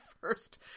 first